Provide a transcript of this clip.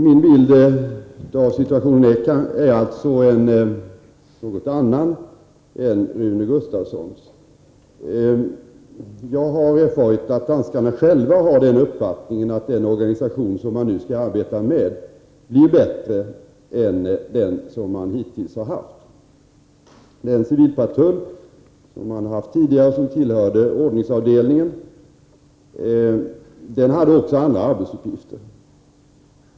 Herr talman! Min bild av situationen skiljer sig alltså något från Rune Gustavssons. Jag har erfarit att danskarna själva har den uppfattningen att den organisation som de nu skall arbeta med blir bättre än den som de hittills har haft. Den tidigare civilpatrullen, som tillhörde ordningsavdelningen, hade också andra arbetsuppgifter.